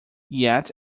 yet